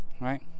Right